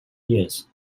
years